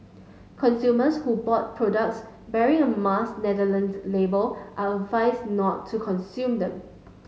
consumers who bought products bearing a Mars Netherlands label are advised not to consume them